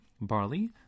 barley